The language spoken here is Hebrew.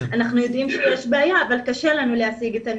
אנחנו יודעים שיש בעיה אבל קשה לנו להשיג את הנתונים.